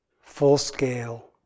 full-scale